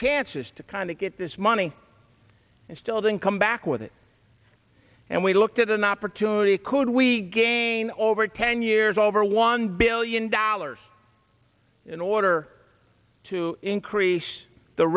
chances to kind of get this money and still didn't come back with it and we looked at an opportunity could we gain over ten years over one billion dollars in order to increase the